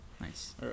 Nice